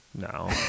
no